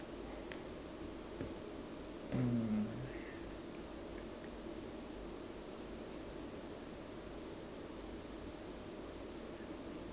mm